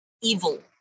evil